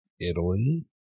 Italy